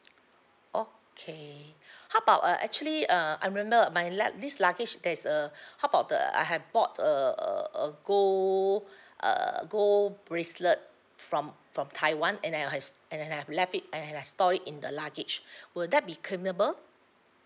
okay how about uh actually uh I remembered my let this luggage there's uh how about the I have bought a a a gold err gold bracelet from from taiwan and I've st~ and I've left it and I've stored in the luggage will that be claimable